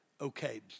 okay